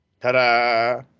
Ta-da